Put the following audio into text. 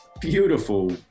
beautiful